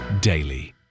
daily